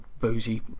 boozy